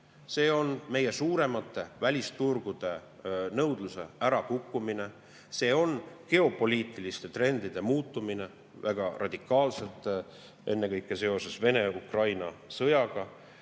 Need on meie suuremate välisturgude nõudluse ärakukkumine, geopoliitiliste trendide muutumine väga radikaalselt, ennekõike seoses Vene-Ukraina sõjaga,